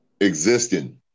existing